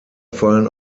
fallen